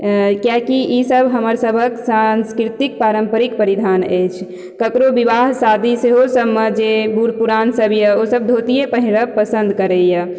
किएकि इसब हमर सबहक साँस्कृतिक पारम्परिक परिधान अछि ककरो बिवाह शादी सेहो सबमे जे बूढ़ पुरान सब यऽ ओ सब धोतिये पहिरब पसन्द करैया